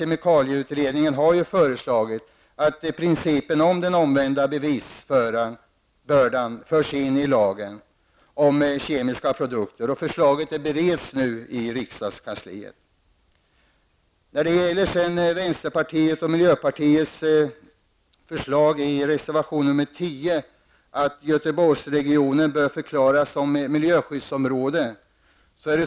Kemikalieutredningen har ju föreslagit att principen beträffande den omvända bevisbördan skall föras in i lagen om kemiska produkter. Det förslaget bereds för närvarande i regeringskansliet. Vänsterpartiet och miljöpartiet föreslår i reservation 10 att Göteborgsregionen förklaras som miljöskyddsområde.